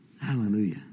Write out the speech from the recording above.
Hallelujah